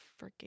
freaking